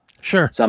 Sure